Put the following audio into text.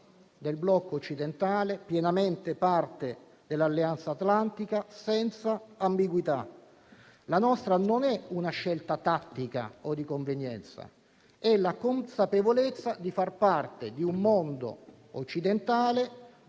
del blocco occidentale, pienamente parte dell'Alleanza atlantica, senza ambiguità. La nostra non è una scelta tattica o di convenienza: è la consapevolezza di far parte di un mondo occidentale